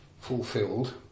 fulfilled